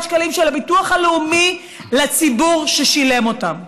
שקלים של הביטוח הלאומי לציבור ששילם אותם.